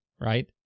right